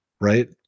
right